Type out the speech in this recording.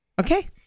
Okay